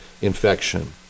infection